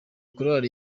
korali